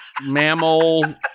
mammal